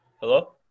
Hello